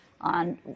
on